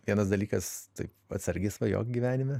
vienas dalykas tai atsargiai svajok gyvenime